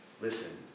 listen